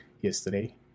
yesterday